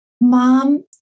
mom